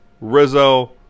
Rizzo